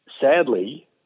Sadly